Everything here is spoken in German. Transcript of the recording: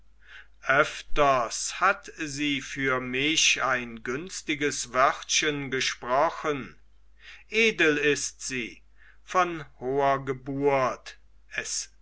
öfters hat sie für mich ein günstiges wörtchen gesprochen edel ist sie von hoher geburt es